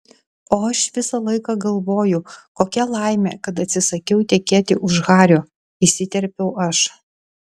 o aš visą laiką galvoju kokia laimė kad atsisakiau tekėti už hario įsiterpiau aš